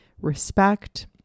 respect